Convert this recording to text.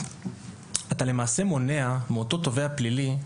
אתה לא מעשה מונע מאותו תובע פלילי,